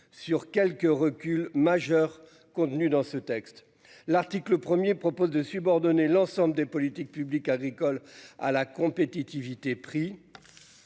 sur quelques reculs majeurs contenues dans ce texte. L'article premier propose de subordonner l'ensemble des politiques publiques agricole à la compétitivité